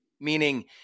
Meaning